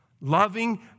Loving